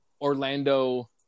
Orlando